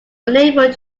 unable